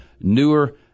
newer